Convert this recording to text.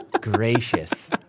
gracious